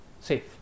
safe